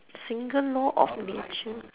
single law of nature